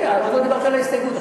עוד לא דיברתי על ההסתייגות.